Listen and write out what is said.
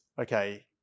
okay